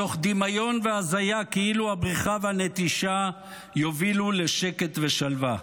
מתוך דמיון והזיה כאילו הבריחה והנטישה יובילו לשקט ולשלווה.